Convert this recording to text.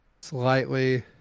slightly